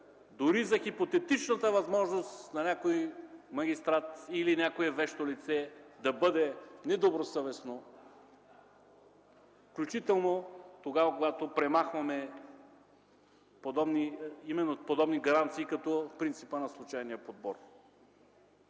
дори за хипотетичната възможност някой магистрат или вещо лице да бъде недобросъвестно, включително и тогава, когато премахваме именно подобни гаранции – като принципа на случайния подбор.